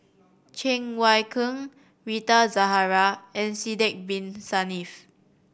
Cheng Wai Keung Rita Zahara and Sidek Bin Saniff